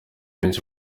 benshi